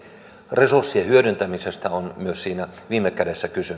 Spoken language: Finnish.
resurssien hyödyntämisestä on siinä viime kädessä myös kysymys